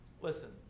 Listen